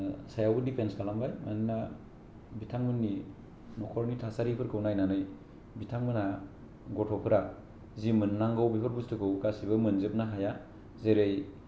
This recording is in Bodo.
सायावबो दिपेन्द खालामबाय मानोना बिथांमोननि नखरनि थासारि फोरखौ नायनानै बिथांमोनहा गथ'फोरा जि मोननांगौ बेफोर बुसथुफोरखौ गासिखौबो मोनजोबनो हाया जेरै